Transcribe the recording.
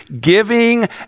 giving